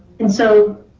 and so